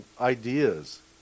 ideas